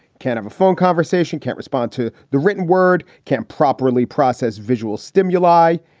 can have a phone conversation, can't respond to the written word, can't properly process visual stimuli.